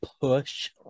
push